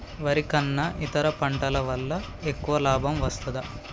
వరి కన్నా ఇతర పంటల వల్ల ఎక్కువ లాభం వస్తదా?